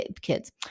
kids